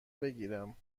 بگیرم